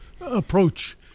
approach